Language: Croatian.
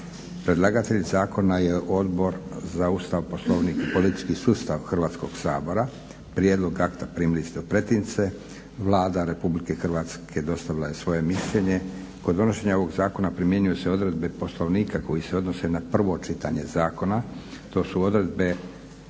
Predlagatelj zakona je Odbor za Ustav, Poslovnik i politički sustav Hrvatskog sabora. Prijedlog akta primili ste u pretince. Vlada Republike Hrvatske dostavila je svoje mišljenje. Kod donošenja ovog zakona primjenjuju se odredbe Poslovnika koje se odnose na prvo čitanje zakona, to su odredbe